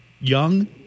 young